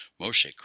Moshe